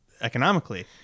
economically